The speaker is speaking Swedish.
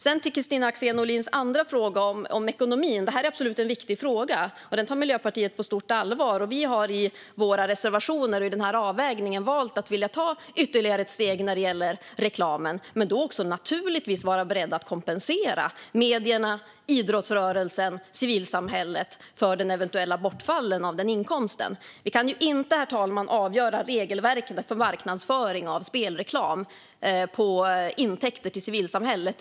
Sedan gäller det Kristina Axén Olins andra fråga om ekonomin. Det är absolut en viktig fråga, och den tar Miljöpartiet på stort allvar. Vi har i våra reservationer och i den här avvägningen valt att vilja ta ytterligare ett steg när det gäller reklamen, men då är vi naturligtvis också beredda att kompensera medierna, idrottsrörelsen och civilsamhället för det eventuella bortfallet av denna inkomst. Vi kan inte avgöra regelverket för marknadsföring av spel utifrån intäkter till civilsamhället, herr talman.